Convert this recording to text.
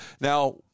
Now